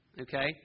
okay